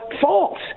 false